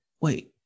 wait